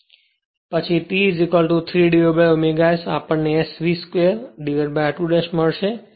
તેથી પછી T 3ω S આપણને S v 2r2 મળશે